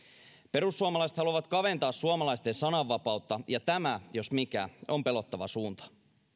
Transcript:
perussuomalaiset haluavat kaventaa suomalaisten sananvapautta ja tämä jos mikä on pelottava suunta